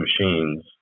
machines